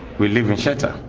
we live in shelter.